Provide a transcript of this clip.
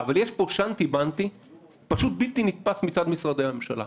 אבל יש פה שאנטי-באנטי פשוט בלתי נתפס מצד משרדי הממשלה.